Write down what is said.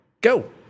Go